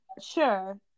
Sure